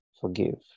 Forgive